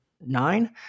nine